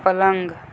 पलंग